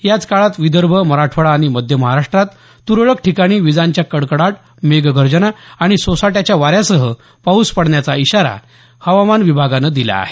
याच काळात विदर्भ मराठवाडा आणि मध्य महाराष्ट्रात तुरळक ठिकाणी विजांच्या कडकडाट मेघगर्जना आणि सोसाट्याच्या वाऱ्यासह पाऊस पडण्याचा इशारा हवामान विभागानं दिला आहे